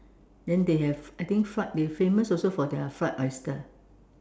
then they have I think fried they famous also for their fried oyster